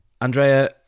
Andrea